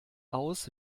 aus